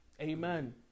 Amen